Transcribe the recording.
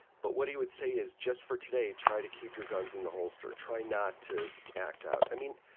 but what he would say was, just for today, try to keep your guns in the holster. or try not to act out. i mean,